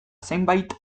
zenbait